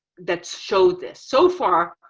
that showed this. so far,